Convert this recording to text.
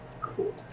Cool